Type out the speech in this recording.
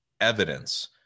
evidence